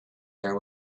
there